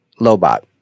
Lobot